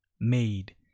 made